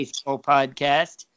podcast